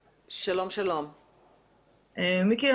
מיקי,